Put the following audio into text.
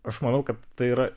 aš manau kad tai yra